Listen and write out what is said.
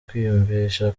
kwiyumvisha